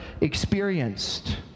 experienced